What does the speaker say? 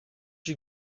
you